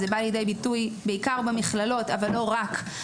זה בא לידי ביטוי בעיקר במכללות אבל לא רק בהן.